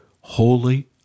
Holy